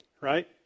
right